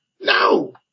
No